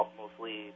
mostly